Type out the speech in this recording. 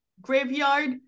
graveyard